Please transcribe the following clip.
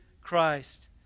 Christ